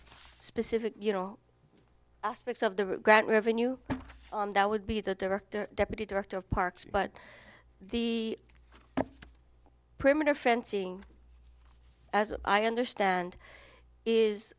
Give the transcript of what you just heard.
specific you know aspects of the grant revenue that would be the director deputy director of parks but the perimeter fencing as i understand is